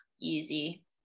easy